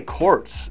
courts